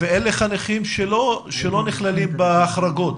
אלה חניכים שלא נכללים בהחרגות.